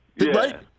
right